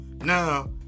now